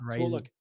look